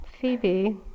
Phoebe